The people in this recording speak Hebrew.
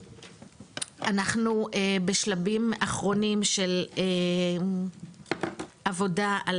אנחנו בשלבים אחרונים של עבודה על